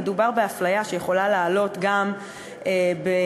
מדובר בהפליה שיכולה לעלות גם בבריאות,